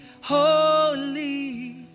holy